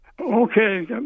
Okay